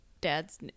dad's